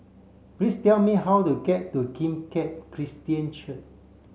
please tell me how to get to Kim Keat Christian